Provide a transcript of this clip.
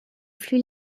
plus